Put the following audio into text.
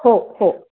हो हो